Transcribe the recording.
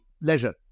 leisure